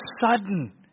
sudden